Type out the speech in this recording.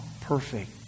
perfect